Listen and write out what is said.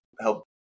help